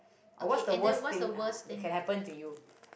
or what's the worst thing uh that can happen to you